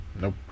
Nope